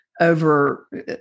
over